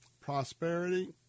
prosperity